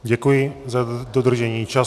Děkuji za dodržení času.